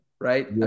right